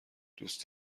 دوست